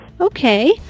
Okay